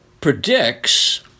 predicts